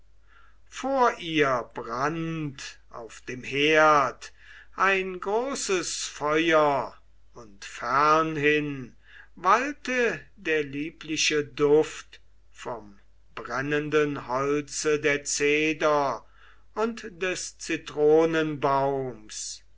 vor ihr brannt auf dem herd ein großes feuer und fernhin wallte der liebliche duft vom brennenden holze der zeder und des